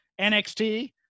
NXT